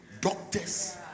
doctors